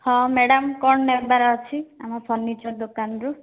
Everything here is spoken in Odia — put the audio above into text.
ହଁ ମ୍ୟାଡ଼ାମ କ'ଣ ନେବାର ଅଛି ଆମ ଫର୍ଣ୍ଣିଚର୍ ଦୋକାନରୁ